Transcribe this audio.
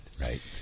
Right